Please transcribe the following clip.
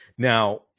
Now